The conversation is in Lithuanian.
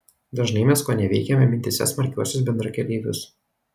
dažnai mes koneveikiame mintyse smarkiuosius bendrakeleivius